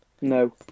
No